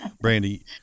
Brandy